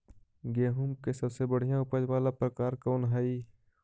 गेंहूम के सबसे बढ़िया उपज वाला प्रकार कौन हई?